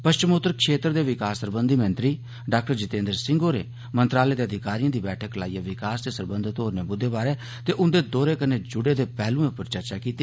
पच्छमोत्तर क्षेत्र दे विकास सरबंधी मंत्री डॉ जितेन्द्र सिंह होरें मंत्रालय दे अधिकारिएं दी बैठक लाइयै विकास ते सरबंघत होरने मुद्दें बारे ते उंदे दौरे कन्नै जुड़े दे पैह्लुएं उप्पर चर्चा कीती